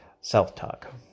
self-talk